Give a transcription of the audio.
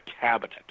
cabinet